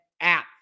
app